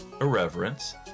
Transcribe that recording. irreverence